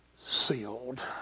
sealed